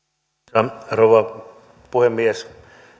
arvoisa rouva puhemies